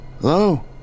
Hello